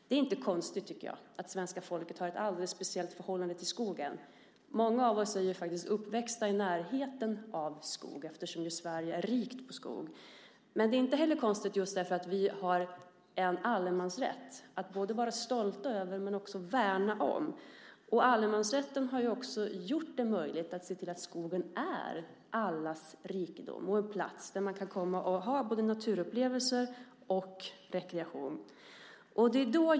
Det är inte konstigt, tycker jag, att svenska folket har ett alldeles speciellt förhållande till skogen. Många av oss är uppväxta i närheten av skog eftersom Sverige är rikt på skog. Det är inte heller konstigt just därför att vi har en allemansrätt att både vara stolta över och att värna om. Allemansrätten har gjort det möjligt att vi kan se till att skogen är allas rikedom och en plats dit man kan komma och få både naturupplevelser och rekreation.